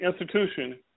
institution